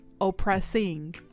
oppressing